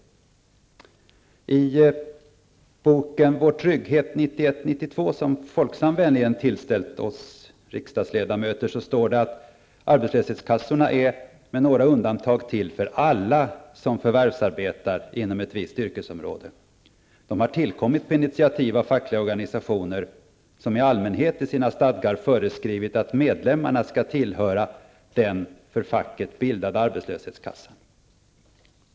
I boken Vår Trygghet 91--92 som Folksam vänligen tillsänt oss riksdagsledamöter, står det att arbetslöshetskassor är med några undantag till för alla som förvärvsarbetar inom ett visst yrkesområde. De har tillkommit på initiativ av fackliga organisationer som i allmänhet i stadgarna föreskriver att medlemmarna skall tillhöra den för facket bildade arbetslöshetskassan.